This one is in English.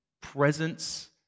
presence